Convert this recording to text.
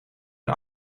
een